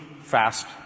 fast